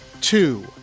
two